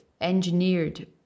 engineered